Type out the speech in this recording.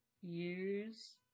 use